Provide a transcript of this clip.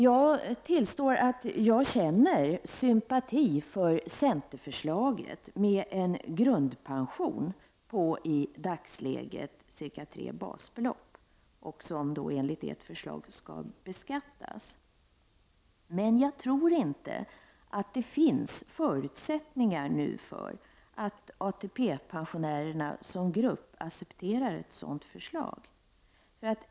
Jag tillstår att jag känner sympati för centerförslaget, med en grundpension på i dagsläget cirka tre basbelopp, som enligt ert förslag skall beskattas. Men jag tror inte att det finns förutsättningar nu för att ATP-pensionärerna som grupp accepterar ett sådant förslag.